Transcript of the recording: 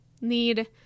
need